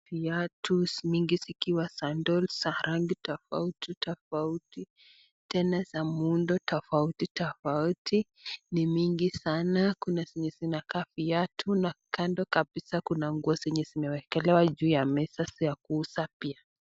Viatu mingi zikiwa sandals za rangi na muudo tofauti tofauti na kando kabisa kuna nguo zenye zimewekelewa juu ya meza za kuuza pia.